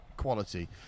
quality